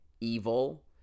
evil